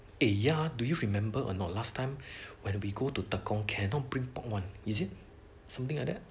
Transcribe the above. eh ya do you remember or not last time when we go to tekong cannot bring pork one is it something like that